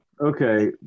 Okay